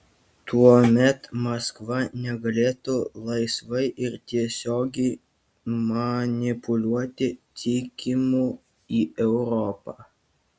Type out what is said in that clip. tuomet maskva negalėtų laisvai ir tiesiogiai manipuliuoti tiekimu į europą